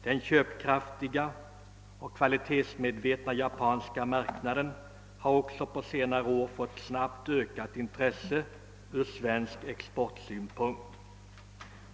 Den köpkraftiga och kvalitetsmedvetna japanska marknaden har också på senare år fått ett alltmer ökat intresse ur svensk exportsynpunkt.